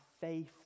faith